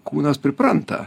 kūnas pripranta